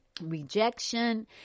rejection